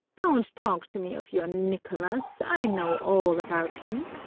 don't talk to me of your nicholas i know all about him!